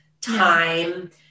time